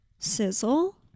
sizzle